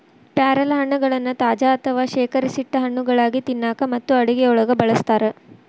ಪ್ಯಾರಲಹಣ್ಣಗಳನ್ನ ತಾಜಾ ಅಥವಾ ಶೇಖರಿಸಿಟ್ಟ ಹಣ್ಣುಗಳಾಗಿ ತಿನ್ನಾಕ ಮತ್ತು ಅಡುಗೆಯೊಳಗ ಬಳಸ್ತಾರ